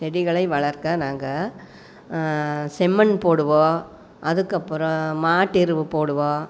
செடிகளை வளர்க்க நாங்கள் செம்மண் போடுவோம் அதுக்கப்பறம் மாட்டு எருவு போடுவோம்